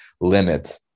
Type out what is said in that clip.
limit